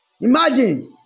Imagine